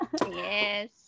Yes